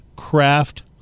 craft